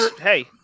hey